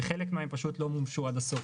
וחלק מהם לא מומשו עד הסוף.